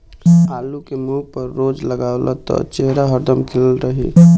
आलू के मुंह पर रोज लगावअ त चेहरा हरदम खिलल रही